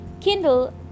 kindle